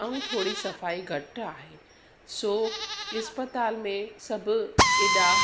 ऐं थोरी सफ़ाई घटि आहे सो इस्पतालि में सभु एॾा